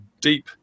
deep